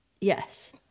Yes